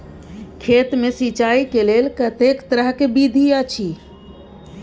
खेत मे सिंचाई के लेल कतेक तरह के विधी अछि?